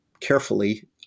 carefully